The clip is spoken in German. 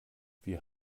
wir